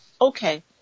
okay